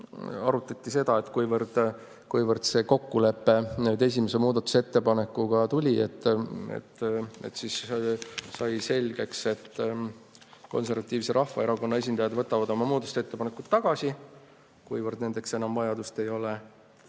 Arutati seda, et kuivõrd see kokkulepe tuli esimese muudatusettepanekuga, siis sai selgeks, et Konservatiivse Rahvaerakonna esindajad võtavad oma muudatusettepanekud tagasi, kuivõrd nende järele enam vajadust ei ole, ja